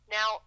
Now